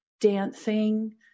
dancing